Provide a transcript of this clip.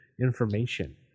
information